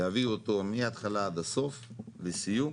להביא אותו מההתחלה ועד הסוף, לסיום.